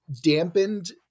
dampened